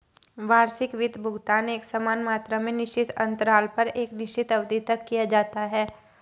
वार्षिक वित्त भुगतान एकसमान मात्रा में निश्चित अन्तराल पर एक निश्चित अवधि तक किया जाता है